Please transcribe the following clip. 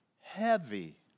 heavy